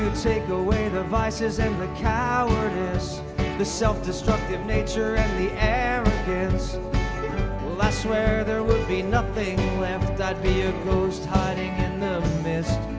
take away the vices and the cowardice the self-destructive nature and the arrogance well i swear there would be nothing left i'd be a ghost hiding in the mist